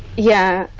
yeah